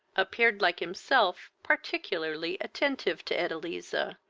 appeared like himself, particularly attentive to edeliza,